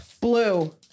Blue